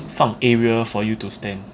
放 area for you to stand